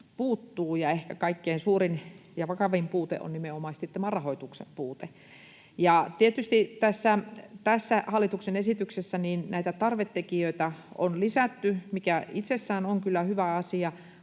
ja ehkä kaikkein suurin ja vakavin puute on nimenomaisesti tämä rahoituksen puute. Tietysti tässä hallituksen esityksessä näitä tarvetekijöitä on lisätty, mikä itsessään on kyllä hyvä asia,